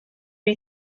you